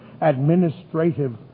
administrative